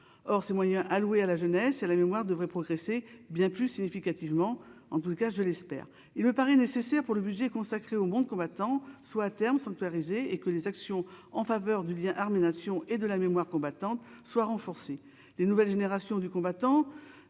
or ces moyens alloués à la jeunesse et la mémoire devrait progresser bien plus significativement en tout cas je l'espère, il me paraît nécessaire pour le musée consacré au monde combattant soit à terme sanctuariser et que les actions en faveur du lien armée-nation et de la mémoire combattante soit renforcée, les nouvelles générations du combattant